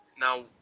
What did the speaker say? Now